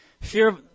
Fear